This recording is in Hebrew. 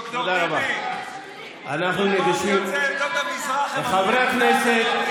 רובם יוצאי עדות ארצות המזרח, חברי הכנסת,